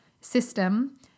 system